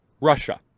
Russia